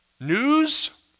News